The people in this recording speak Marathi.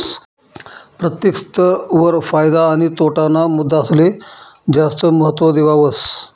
प्रत्येक स्तर वर फायदा आणि तोटा ना मुद्दासले जास्त महत्व देवावस